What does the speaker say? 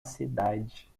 cidade